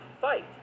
fight